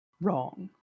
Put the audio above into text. wrong